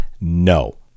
No